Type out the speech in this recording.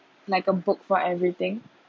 like a book for everything